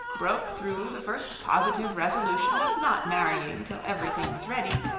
broke through the first positive resolution of not marrying till every thing was ready,